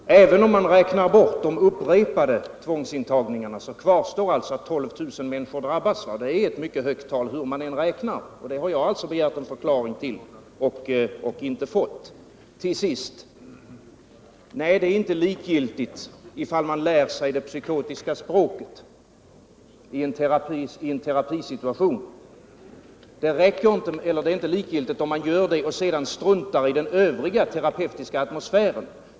Herr talman! Jag vill ta upp två punkter. För det första: Även om man räknar bort de upprepade tvångsintagningarna, så kvarstår att 12 000 människor drabbas. Det är ett mycket högt tal, hur man än räknar. Jag har begärt en förklaring till detta men tyvärr inte fått någon. För det andra och till sist: Nej, det är inte likgiltigt om man lär sig det psykotiska språket i en terapisituation och sedan struntar i den övriga terapeutiska atmosfären.